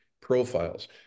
profiles